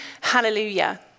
hallelujah